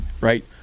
right